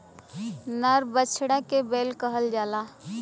नर बछड़ा के बैल कहल जाला